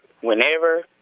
whenever